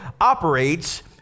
operates